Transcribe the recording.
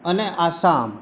અને આસામ